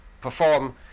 perform